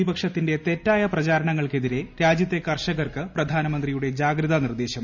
പ്രതിപക്ഷത്തിന്റെ തെറ്റായ പ്രച്ചാർണങ്ങൾക്കെതിരെ രാജ്യത്തെ കർഷകർക്ക് പ്രഗ്നാ്ന്മന്ത്രിയുടെ ജാഗ്രതാ നിർദ്ദേശം